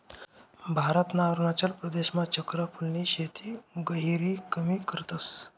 भारतना अरुणाचल प्रदेशमा चक्र फूलनी शेती गहिरी कमी करतस